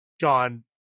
gone